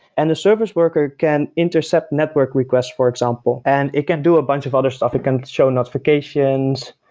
and the service worker can intercept network requests for example and it can do a bunch of other stuff. it can show notifications.